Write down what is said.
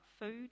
food